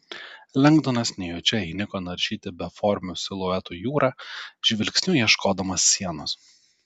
lengdonas nejučia įniko naršyti beformių siluetų jūrą žvilgsniu ieškodamas sienos